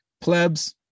plebs